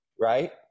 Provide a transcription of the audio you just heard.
right